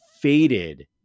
faded